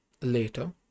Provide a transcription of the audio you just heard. later